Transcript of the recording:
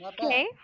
okay